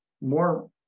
more